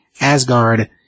Asgard